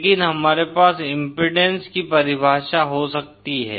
लेकिन हमारे पास इम्पीडेन्स की परिभाषा हो सकती है